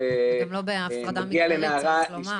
וגם לא בהפרדה מגדרית, צריך לומר.